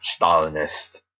Stalinist